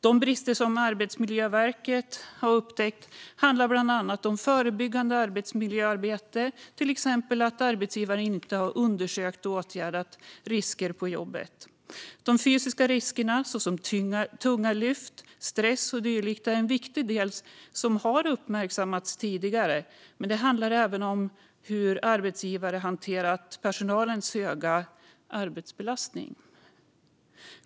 De brister som Arbetsmiljöverket har upptäckt handlar bland annat om förebyggande arbetsmiljöarbete, till exempel att arbetsgivaren inte har undersökt och åtgärdat risker på jobbet. De fysiska riskerna, såsom tunga lyft, stress och dylikt, är en viktig del som har uppmärksammats tidigare. Men det handlar även om hur arbetsgivare har hanterat personalens stora arbetsbelastning.